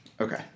Okay